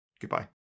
Goodbye